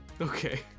okay